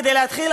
כדי להתחיל,